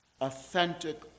authentic